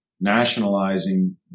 nationalizing